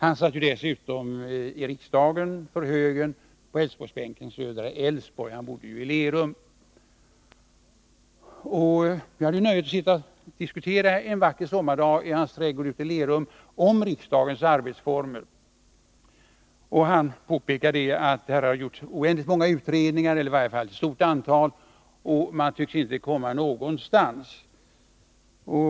Han satt dessutom i riksdagen för högern på Södra Älvsborgs-bänken. Han bodde i Lerum. Jag hade nöjet att diskutera riksdagens arbetsformer med honom en vacker sommardag i hans trädgård i Lerum. Han påpekade att det hade gjorts ett stort antal utredningar om dem, men man tycktes inte komma någonstans.